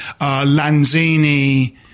Lanzini